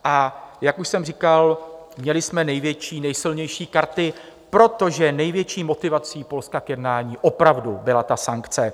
A jak už jsem říkal, měli jsme největší, nejsilnější karty, protože největší motivací Polska k jednání opravdu byla ta sankce.